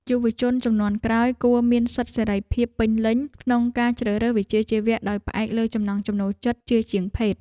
យុវជនជំនាន់ក្រោយគួរមានសិទ្ធិសេរីភាពពេញលេញក្នុងការជ្រើសរើសវិជ្ជាជីវៈដោយផ្អែកលើចំណង់ចំណូលចិត្តជាជាងភេទ។